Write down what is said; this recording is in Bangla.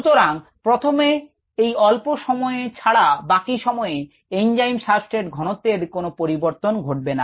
সুতরাং প্রথমের এই অল্প সময়ে ছাড়া বাকি সময়ে এনজাইম সাবস্ট্রেট ঘনত্বের কোন পরিবর্তন ঘটবে না